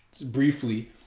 briefly